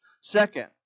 Second